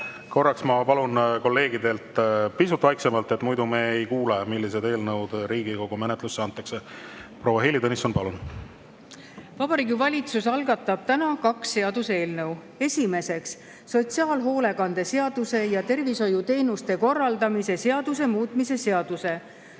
kella.) Ma palun kolleegidel olla pisut vaiksemalt, muidu me ei kuule, millised eelnõud Riigikogu menetlusse antakse. Proua Heili Tõnisson, palun! Vabariigi Valitsus algatab täna kaks seaduseelnõu. Esiteks, sotsiaalhoolekande seaduse ja tervishoiuteenuste korraldamise seaduse muutmise seaduse